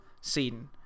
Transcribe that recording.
scene